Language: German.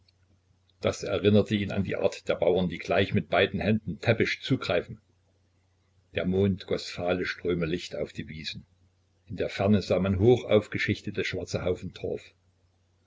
das erinnerte ihn an die art der bauern die gleich mit beiden händen täppisch zugreifen der mond goß fahle ströme licht auf die wiesen in der ferne sah man hoch aufgeschichtete schwarze